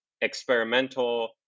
experimental